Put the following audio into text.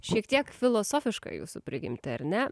šiek tiek filosofišką jūsų prigimtį ar ne